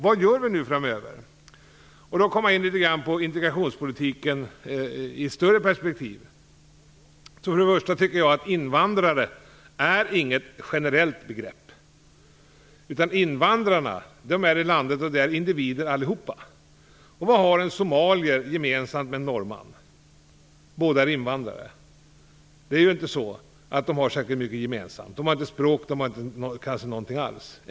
Vad gör vi nu framöver? Jag kommer då in på integrationspolitiken i ett större perspektiv. Först och främst tycker jag inte att invandrare är något bra begrepp. Invandrarna är i landet, och de är alla individer. Vad har en invandrad somalier gemensamt med en invandrad norrman? Båda är invandrare. De har inte särskilt mycket gemensamt - inte språket, inte någonting alls kanske.